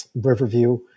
Riverview